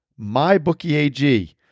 MyBookieAG